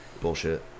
bullshit